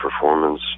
performance